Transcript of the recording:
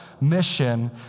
mission